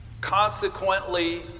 Consequently